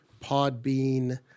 Podbean